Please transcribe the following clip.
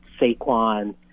Saquon